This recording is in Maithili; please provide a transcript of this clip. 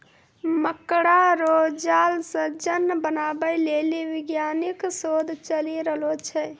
मकड़ा रो जाल से सन बनाबै लेली वैज्ञानिक शोध चली रहलो छै